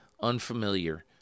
unfamiliar-